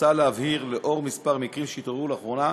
מוצע להבהיר, לאור כמה מקרים שהתעוררו לאחרונה,